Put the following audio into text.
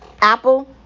Apple